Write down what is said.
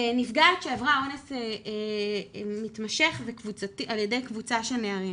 נפגעת שעברה אונס מתמשך על ידי קבוצה של נערים,